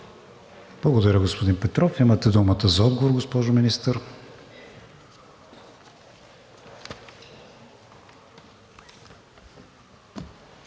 Благодаря, господин Петров. Имате думата за отговор, госпожо Министър.